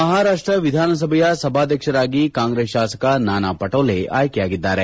ಮಹಾರಾಷ್ಷ ವಿಧಾನಸಭೆಯ ಸಭಾಧ್ಯಕ್ಷರಾಗಿ ಕಾಂಗ್ರೆಸ್ ಶಾಸಕ ನಾನಾ ಪಟೋಲೆ ಆಯ್ಲೆಯಾಗಿದ್ದಾರೆ